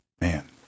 Man